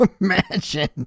imagine